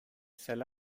sell